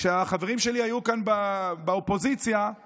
כשהחברים שלי היו כאן באופוזיציה הם